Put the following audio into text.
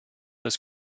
des